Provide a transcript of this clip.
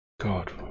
god